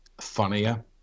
funnier